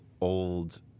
old